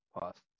Past